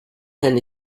nenne